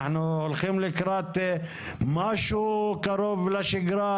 אולי הולכים לקראת משהו קרוב לשגרה.